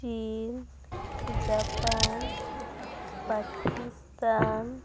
chin Japan Pakistan